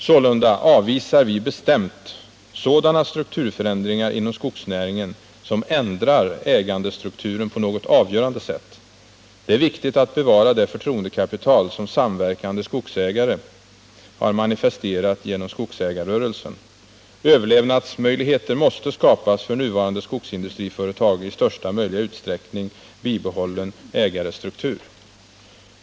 Sålunda avvisar vi bestämt sådana strukturförändringar inom skogsnäringen som ändrar ägandestrukturen på något avgörande sätt. Det är viktigt att bevara det förtroendekapital som samverkande skogsägare har manifesterat genom skogsägarrörelsen. Överlevnadsmöjligheter måste skapas för nuvarande skogsindustriföretag med i största möjliga utsträckning bibehållen ägarstruktur.